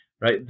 right